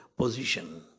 Position